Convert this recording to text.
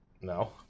No